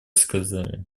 сказали